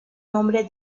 nombre